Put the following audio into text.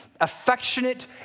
affectionate